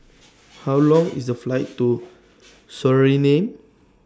How Long IS The Flight to Suriname